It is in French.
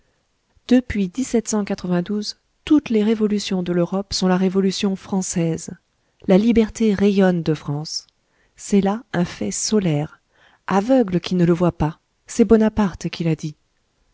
depuis toutes les révolutions de l'europe sont la révolution française la liberté rayonne de france c'est là un fait solaire aveugle qui ne le voit pas c'est bonaparte qui l'a dit